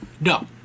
No